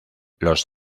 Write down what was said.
los